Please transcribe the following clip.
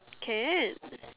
can